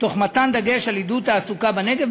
בדגש על עידוד תעסוקה בנגב.